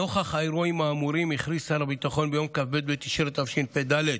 נוכח האירועים האמורים הכריז שר הביטחון ביום כ"ב בתשרי התשפ"ד,